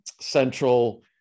central